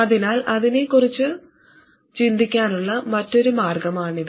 അതിനാൽ അതിനെക്കുറിച്ച് ചിന്തിക്കാനുള്ള മറ്റൊരു മാർഗമാണിത്